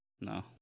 no